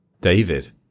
David